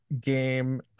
game